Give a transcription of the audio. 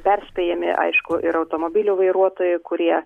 perspėjami aišku ir automobilių vairuotojai kurie